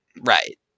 right